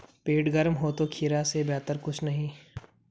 पेट गर्म हो तो खीरा से बेहतर कुछ नहीं